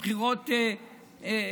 זה היה בחירות שניות,